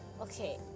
okay